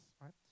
right